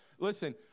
Listen